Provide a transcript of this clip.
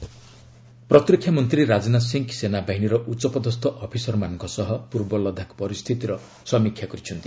ରାଜନାଥ ଲଦାଖ୍ ପ୍ରତିରକ୍ଷା ମନ୍ତ୍ରୀ ରାଜନାଥ ସିଂହ ସେନାବାହିନୀର ଉଚ୍ଚପଦସ୍ଥ ଅଫିସରମାନଙ୍କ ସହ ପୂର୍ବ ଲଦାଖ ପରିସ୍ଥିତିର ସମୀକ୍ଷା କରିଛନ୍ତି